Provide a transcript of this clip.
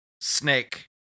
Snake